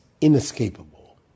inescapable